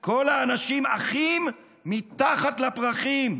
/ כל האנשים אחים מתחת לפרחים,